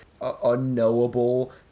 unknowable